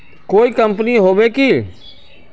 कोई कंपनी होबे है की?